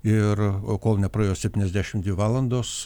ir o kol nepraėjo septyniasdešim dvi valandos